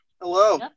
Hello